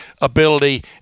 ability